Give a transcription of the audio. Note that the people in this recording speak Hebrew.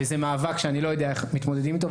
וזה מאבק שאני לא יודע איך מתמודדים איתו.